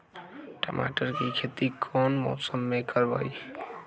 टमाटर की खेती कौन मौसम में करवाई?